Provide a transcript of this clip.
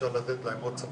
אפשר לתת להם עוד סמכויות,